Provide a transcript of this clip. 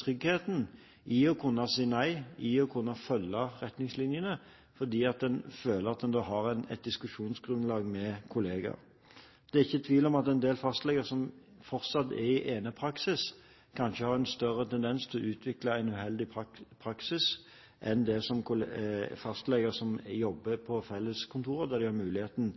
tryggheten til å kunne si nei, til å kunne følge retningslinjene, er at en føler at en har et diskusjonsgrunnlag med kolleger. Det er ikke tvil om at en del fastleger som fortsatt er i enepraksis, kanskje har en større tendens til å utvikle en uheldig praksis enn fastleger som jobber på felles kontor der de har muligheten